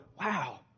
wow